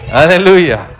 Hallelujah